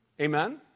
Amen